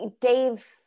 Dave